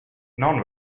non